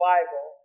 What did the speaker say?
Bible